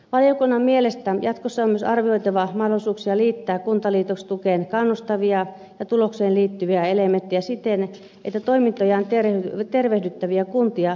valiokunnan mielestä jatkossa on myös arvioitava mahdollisuuksia liittää kuntaliitostukeen kannustavia ja tulokseen liittyviä elementtejä siten että toimintoja tervehdyttäviä kuntia palkitaan taloudellisesti